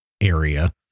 area